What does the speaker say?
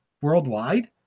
worldwide